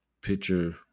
picture